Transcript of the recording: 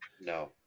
No